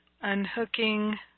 unhooking